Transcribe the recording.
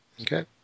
okay